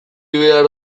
behar